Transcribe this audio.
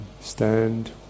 stand